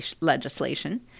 legislation